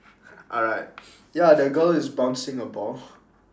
alright ya the girl is bouncing a ball